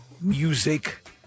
Music